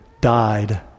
died